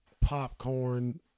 Popcorn